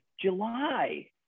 July